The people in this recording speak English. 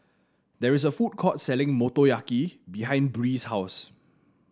there is a food court selling Motoyaki behind Bree's house